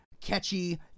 catchy